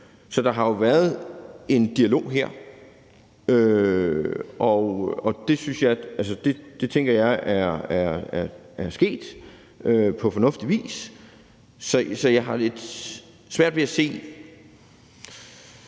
Så der har jo været en dialog her, og det tænker jeg er sket på fornuftig vis, så jeg har lidt svært ved at se,